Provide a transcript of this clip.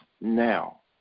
now